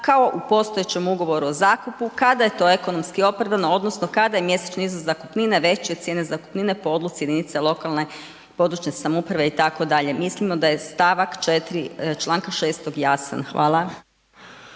kao u postojećem Ugovoru o zakupu kada je to ekonomski opravdano odnosno kada je mjesečni iznos zakupnine veći od cijene zakupnine po odluci jedinice lokalne područne samouprave itd., mislimo da je st. 4. čl. 6. jasan. Hvala.